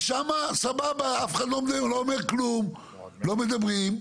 אבל שם סבבה אף אחד לא אומר כלום, לא מדברים.